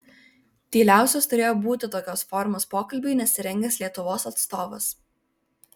tyliausias turėjo būti tokios formos pokalbiui nesirengęs lietuvos atstovas